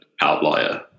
outlier